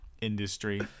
industry